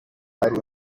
ari